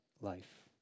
life